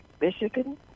Michigan